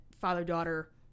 Father-daughter